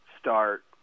start